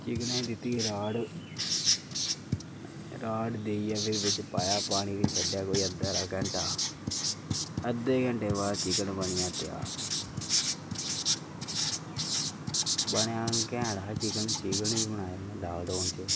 चिकनै गी दित्ती राड़ राड़ देइयै फिर बिच्च पाया पानी फिर छड्डेआ कोई अद्धा हारा घैंटा अद्धे घैंटे बाद चिकन बनी गेआ तेआर बनेआ कैंह्ट हा चिकन चिकन बी बनाया में लाकडाउन च